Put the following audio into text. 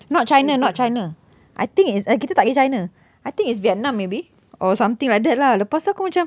not china not china I think it's kita tak pergi china I think it's vietnam maybe or something like that lah lepas tu aku macam